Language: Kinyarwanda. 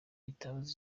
bitabuza